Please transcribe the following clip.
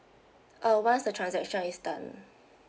uh once the transaction is done